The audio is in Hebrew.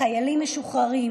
לחיילים משוחררים,